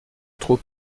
trop